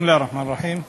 בסם אללה א-רחמאן א-רחים.